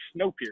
Snowpiercer